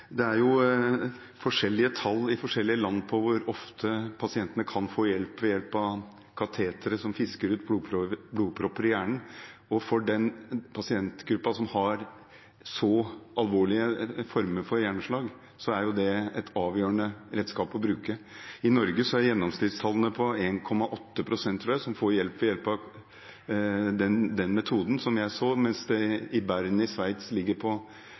er forskjellige tall i forskjellige land på hvor ofte pasientene kan få hjelp ved bruk av katetre som fisker ut blodpropper i hjernen. For den pasientgruppen som har så alvorlige former for hjerneslag, er det et avgjørende redskap å bruke. Så vidt jeg har sett, er gjennomsnittstallene i Norge for dem som får hjelp av den metoden, på 1,8 pst., mens det i Bern i Sveits ligger på